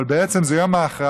אבל בעצם זה יום ההכרעה,